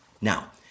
Now